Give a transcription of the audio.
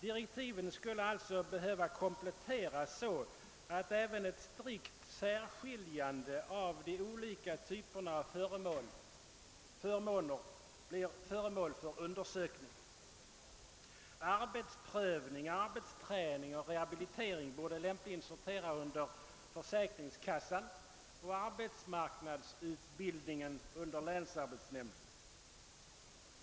Direktiven skulle behöva kompletteras så, att även ett strikt särskiljande av de olika typerna av förmåner blir föremål för undersökning. Arbetsprövning, arbetsträning och rehabilitering borde lämpligen sortera under försäkringskassan och arbetsmarknadsutbildningen under länsarbetsnämnden.